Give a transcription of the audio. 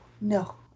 no